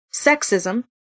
sexism